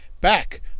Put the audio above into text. Back